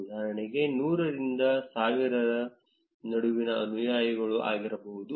ಉದಾಹರಣೆಗೆ 100 ರಿಂದ 1000 ರ ನಡುವಿನ ಅನುಯಾಯಿಗಳು ಆಗಿರಬಹುದು